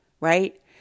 right